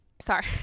Sorry